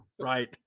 Right